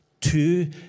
two